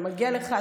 מגיע לך.